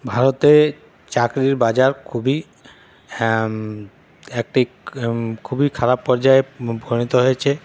ভারতে চাকরির বাজার খুবই একটি খুবই খারাপ পর্যায়ে উপনীত হয়েছে